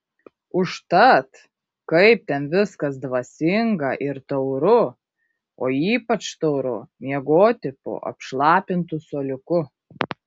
užtat kaip ten viskas dvasinga ir tauru o ypač tauru miegoti po apšlapintu suoliuku